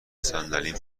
صندلیم